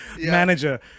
manager